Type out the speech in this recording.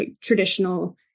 traditional